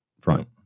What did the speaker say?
front